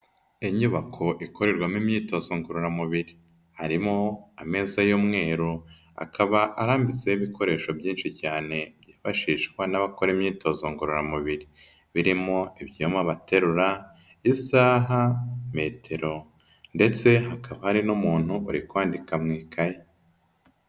Inyubako ikorerwamo imyitozo ngororamubiri, harimo ameza y'umweru akaba arambitseho ibikoresho byinshi cyane byifashishwa n'abakora imyitozo ngororamubiri. Birimo ibyuma baterura, isaha,, metero ndetse hakaba hari n'umuntu uri kwandika mu ikaye.